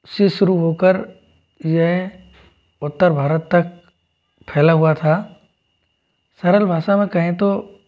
से शुरू हो कर यह उत्तर भारत तक फैला हुआ था सरल भाषा में कहें तो